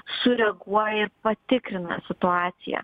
sureaguoja ir patikrina situaciją